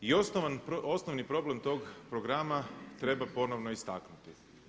I osnovni problem tog programa treba ponovno istaknuti.